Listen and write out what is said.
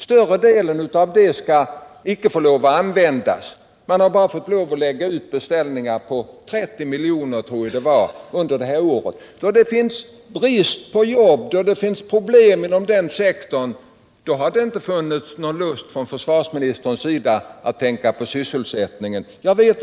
Större delen av det - anslaget får icke användas. Man har bara fått lov att lägga ut beställningar för 30 miljoner, tror jag att det var, under det här året. Trots att det råder brist på jobb och finns problem inom den sektorn av näringslivet har försvarsministern inte haft någon lust att tänka på den sysselsättningen, vilket jag beklagar.